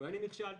ואני נכשלתי.